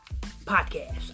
Podcast